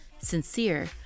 Sincere